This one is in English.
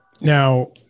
Now